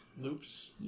loops